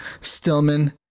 Stillman